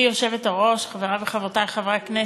גברתי היושבת-ראש, חברי וחברותי חברי הכנסת,